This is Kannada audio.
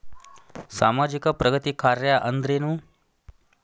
ಸಾಮಾಜಿಕ ಪ್ರಗತಿ ಕಾರ್ಯಾ ಅಂದ್ರೇನು?